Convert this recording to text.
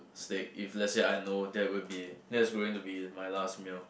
steak if let say I know that would be that's going to be my last meal